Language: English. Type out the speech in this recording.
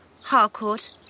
Harcourt